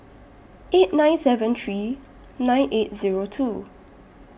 eight nine seven three nine eight Zero two